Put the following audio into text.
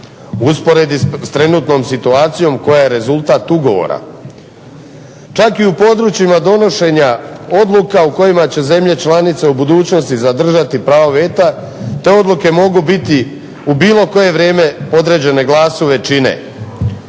usporedbi s trenutnom situacijom koja je rezultat ugovora. Čak i u područjima donošenja odluka u kojima će zemlje članice u budućnosti zadržati pravo veta te odluke mogu biti u bilo koje vrijeme podređene glasu većine.